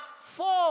four